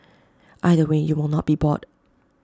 either way you will not be bored